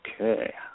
Okay